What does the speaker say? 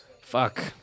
Fuck